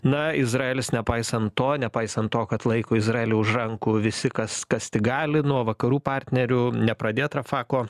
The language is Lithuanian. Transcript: na izraelis nepaisant to nepaisant to kad laiko izraelį už rankų visi kas kas tik gali nuo vakarų partnerių nepradėt rafako